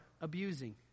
abusing